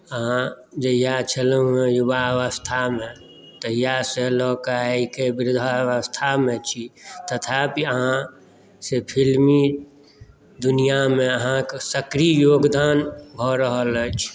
अहाँ जहिया छलहुँ हेँ युवावस्थामे तहियासँ लऽ कऽ आइके वृद्धावस्थामे छी तथापि अहाँ से फिल्मी दुनिआँमे अहाँक सक्रिय योगदान भऽ रहल अछि